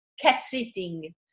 cat-sitting